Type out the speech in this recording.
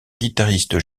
guitariste